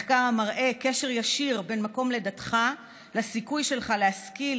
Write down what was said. מחקר המראה קשר ישיר בין מקום לידתך לסיכוי שלך להשכיל,